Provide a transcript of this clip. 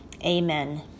Amen